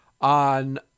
on